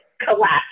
collapse